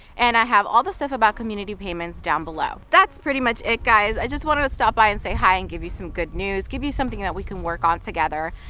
and i have all the stuff about community payments down below. that's pretty much it guys, i just wanted to stop by and say hi and give you some good news, give you something that we can work on together.